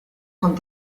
con